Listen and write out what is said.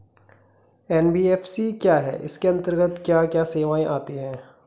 NBFC क्या है इसके अंतर्गत क्या क्या सेवाएँ आती हैं?